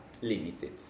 limited